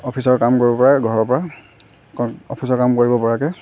অফিচৰ কাম কৰিব পৰা ঘৰৰ পৰা অফিচৰ কাম কৰিব পৰাকৈ